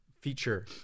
feature